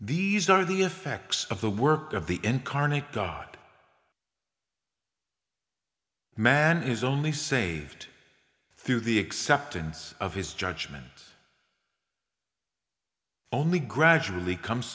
these are the effects of the work of the incarnate god man is only saved through the acceptance of his judgment only gradually comes